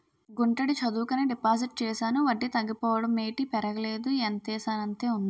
గుంటడి చదువుకని డిపాజిట్ చేశాను వడ్డీ తగ్గిపోవడం ఏటి పెరగలేదు ఎంతేసానంతే ఉంది